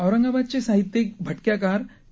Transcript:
औरंगाबादचे साहित्यिक भटक्या कार के